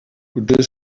potser